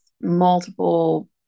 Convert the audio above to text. multiple